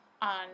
on